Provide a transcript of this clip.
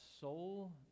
soul